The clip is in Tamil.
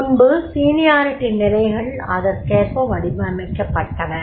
பின்பு சீனியாரிட்டி நிலைகள் அதற்கேற்ப வடிவமைக்கப்பட்டன